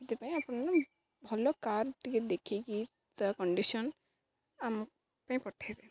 ସେଥିପାଇଁ ଆପଣ ନା ଭଲ କାର୍ ଟିକେ ଦେଖିକି ତା କଣ୍ଡିସନ ଆମ ପାଇଁ ପଠାଇବେ